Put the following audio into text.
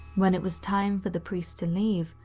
when it was time for the priest to leave,